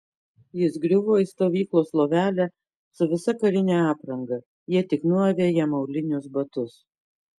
jis griuvo į stovyklos lovelę su visa karine apranga jie tik nuavė jam aulinius batus